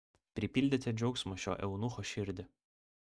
pripildėte džiaugsmo šio eunucho širdį